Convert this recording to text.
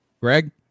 Greg